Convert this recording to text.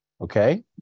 Okay